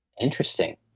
Interesting